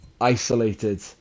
isolated